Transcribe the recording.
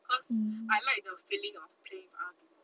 cause I like the feeling of playing with other people